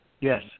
Yes